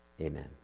Amen